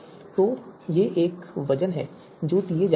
तो ये वे वज़न हैं जो दिए जा रहे हैं